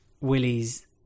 Willie's